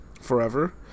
forever